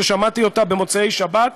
ששמעתי אותה במוצאי שבת,